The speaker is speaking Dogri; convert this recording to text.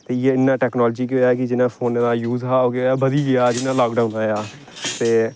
इ'यां इ'यां टैकनालिजी केह् होएआ कि जियां फोनै दा यूज हा ओह् गेआ बधी गेआ जियां लाकडाउन आया ते